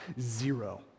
Zero